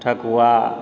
ठकुआ